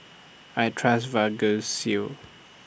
I Trust Vagisil